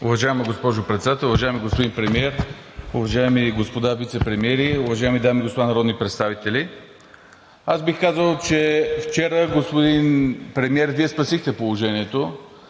Уважаема госпожо Председател, уважаеми господин Премиер, уважаеми господа вицепремиери, уважаеми дами и господа народни представители! Аз бих казал, че вчера, господин Премиер, Вие спасихте положението